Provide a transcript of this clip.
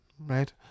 right